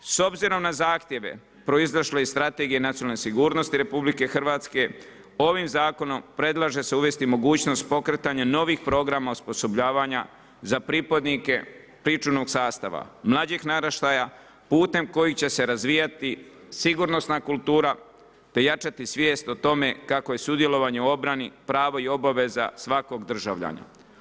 S obzirom na zahtjeve proizašle iz strategije nacionalne sigurnosti RH, ovim zakonom prelaže se uvesti mogućnost pokretanja novih programa osposobljavanja za pripadnike pričuvnog sastava, mlađih naraštaja, putem kojeg će se razvijati sigurnosna kultura, te jačati svijest o tome, kako je sudjelovanje u obrani pravo i obaveza svakog državljana.